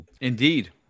indeed